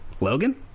Logan